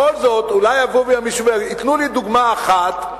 בכל זאת, אולי ייתנו לי דוגמה אחת,